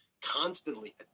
constantly